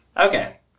Okay